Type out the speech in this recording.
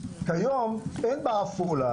כיום אין בעפולה,